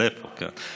מלא פה, כן.